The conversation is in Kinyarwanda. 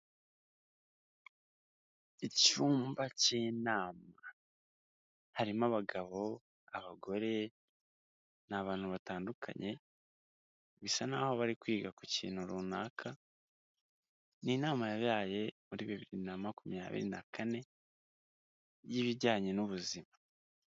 Icyumba cy'inama, harimo abagabo, abagore n'abantu batandukanye bisa n'aho bari kwiga ku kintu runaka, ni inama yabaye muri bibiri na makumyabiri na kane y'ibijyanye n'ubuzima.